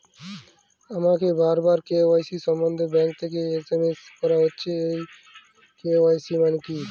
আমাকে বারবার কে.ওয়াই.সি সম্বন্ধে ব্যাংক থেকে এস.এম.এস করা হচ্ছে এই কে.ওয়াই.সি মানে কী?